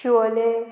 Siolim